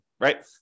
right